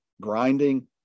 grinding